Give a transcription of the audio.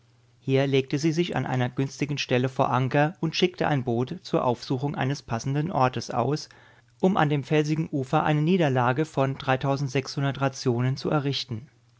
hier legte sie sich an einer günstigen stelle vor anker und schickte ein boot zur aufsuchung eines passenden ortes aus um an dem felsigen ufer eine niederlage von rationen zu errichten